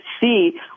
see